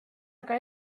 aga